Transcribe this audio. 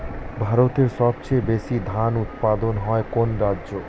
ভারতের সবচেয়ে বেশী ধান উৎপাদন হয় কোন রাজ্যে?